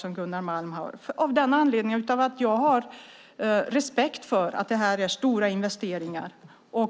Det gör vi av den anledningen att jag har respekt för att detta är stora investeringar.